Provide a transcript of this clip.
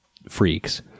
Freaks